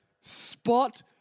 Spot